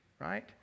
right